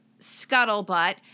Scuttlebutt